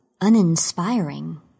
uninspiring